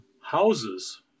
Houses